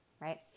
right